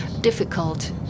difficult